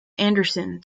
anderson